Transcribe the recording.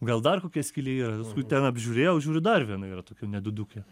gal dar kokia skylė yra v paskui ten apžiūrėjau žiūriu dar viena yra tokia nedidukė